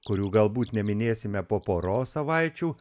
kurių galbūt neminėsime po poros savaičių